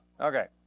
Okay